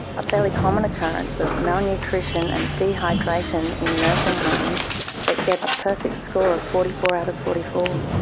a fairly common occurrence of malnutrition and dehydration in nursing homes that get a perfect score of forty four out of forty four?